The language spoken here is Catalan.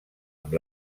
amb